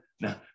Now